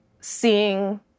seeing